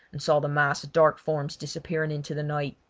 and saw the mass of dark forms disappearing into the night.